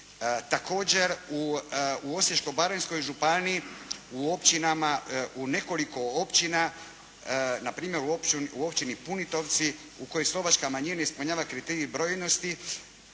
Također, u Osječko-baranjskoj županiji u općinama, u nekoliko općina, npr. u Općini Punitovci u kojoj slovačka manjina ispunjava kriterije brojnosti,